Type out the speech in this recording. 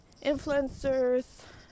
influencers